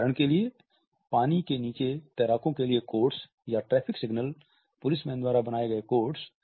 उदाहरण के लिए पानी के नीचे तैराकों के लिए कोड्स या ट्रैफिक सिग्नल पुलिस मैन द्वारा बनाए गए कोड्स